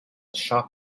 sharp